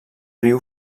riu